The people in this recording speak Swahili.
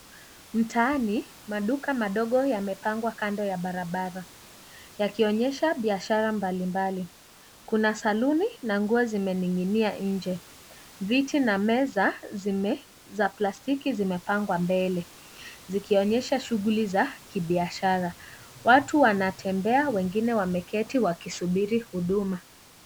Mtaani maduka madogo yamepangwa kando ya barabara yakionyesha biashara mbalimbali. Kuna saluni na nguo zimening'inia nje. Viti na meza za plastiki zimepangwa mbele zikionyesha shughuli za biashara. Watu wanatembea wengine wameketi wakisubiri huduma.